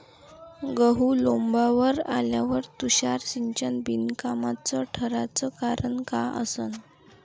गहू लोम्बावर आल्यावर तुषार सिंचन बिनकामाचं ठराचं कारन का असन?